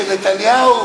של נתניהו?